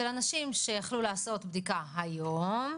של אנשים שיכלו לעשות בדיקה היום,